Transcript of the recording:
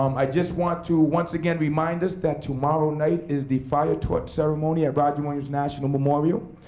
um i just want to, once again, remind us that tomorrow night is the fire torch ceremony at roger williams national memorial.